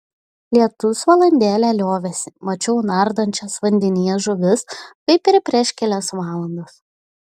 lietus valandėlę liovėsi mačiau nardančias vandenyje žuvis kaip ir prieš kelias valandas